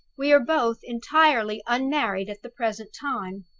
we are both entirely unmarried at the present time.